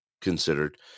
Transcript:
considered